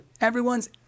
everyone's